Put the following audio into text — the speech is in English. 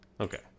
Okay